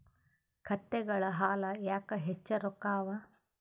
ಕತ್ತೆಗಳ ಹಾಲ ಯಾಕ ಹೆಚ್ಚ ರೊಕ್ಕ ಅವಾ?